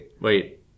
Wait